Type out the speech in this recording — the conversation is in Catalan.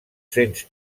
cents